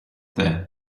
there